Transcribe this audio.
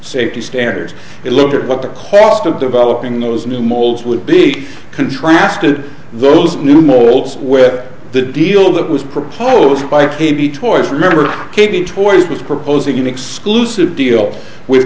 safety stairs it looked at what the cost of developing those new molds would be contrasted those new molds with the deal that was proposed by k b toys remember k b toys was proposing an exclusive deal with